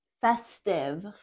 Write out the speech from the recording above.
festive